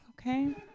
okay